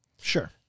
Sure